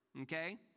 okay